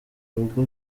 rugo